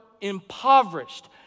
impoverished